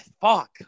Fuck